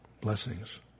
blessings